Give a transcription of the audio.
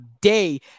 day